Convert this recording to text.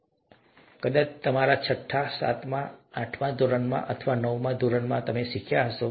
આ સાઈન કદાચ તમારા છઠ્ઠા સાતમા સાતમા આઠમા ધોરણ અથવા નવમા ધોરણમાં શીખી હશે